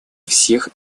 всех